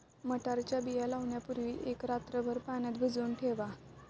मटारच्या बिया लावण्यापूर्वी एक रात्रभर पाण्यात भिजवून ठेवा